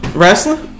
wrestling